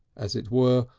as it were,